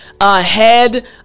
ahead